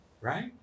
right